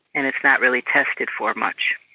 and it's not really tested for much.